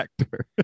actor